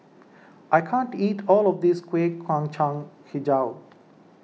I can't eat all of this Kueh Kacang HiJau